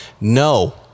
no